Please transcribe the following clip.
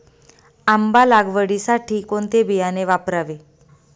आंबा लागवडीसाठी कोणते बियाणे वापरावे?